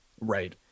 Right